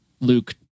Luke